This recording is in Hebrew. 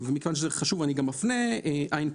מכיוון שזה חשוב, אני גם מפנה ל-ע.פ.